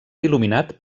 il·luminat